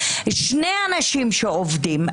שני אנשים שעובדים,